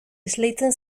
esleitzen